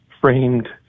framed